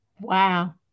Wow